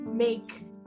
make